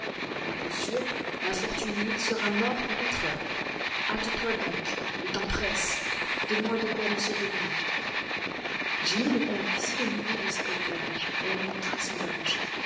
à coup sûr l'infortunée sera morte à quatre heures hâte-toi donc le temps presse donne-moi de quoi l'ensevelir jenny me conduisit au milieu de ses cordages et me montra son linge